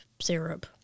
syrup